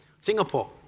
Singapore